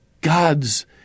God's